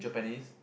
japanese